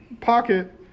pocket